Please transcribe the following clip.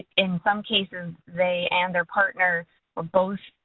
in some cases, they and their partners are both,